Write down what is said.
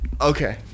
Okay